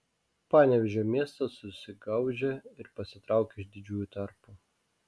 panevėžio miestas susigaužė ir pasitraukė iš didžiųjų tarpo